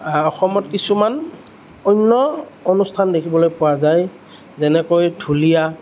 অসমত কিছুমান অন্য অনুষ্ঠান দেখিবলৈ পোৱা যায় যেনেকৈ ঢুলীয়া